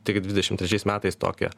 tiek dvidešimt trečiais metais tokią